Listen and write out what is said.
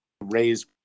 raised